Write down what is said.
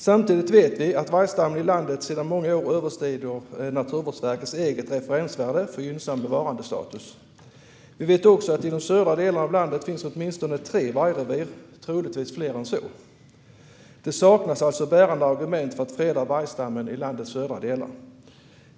Samtidigt vet vi att vargstammen i landet sedan många år överstiger Naturvårdsverkets eget referensvärde för gynnsam bevarandestatus. Vi vet också att det i de södra delarna av landet finns åtminstone tre vargrevir - det finns troligtvis fler än så. Det saknas alltså bärande argument för att freda vargstammen i landets södra delar.